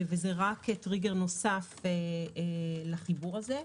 וזה רק טריגר נוסף לחיבור הזה.